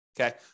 okay